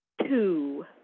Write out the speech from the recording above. two